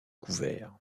couvert